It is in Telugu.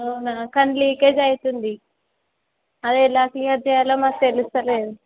అవునా కానీ లీకేజ్ అవుతుంది అది ఎలా క్లియర్ చేయాలో మకు తెలుస్తలేదు